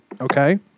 Okay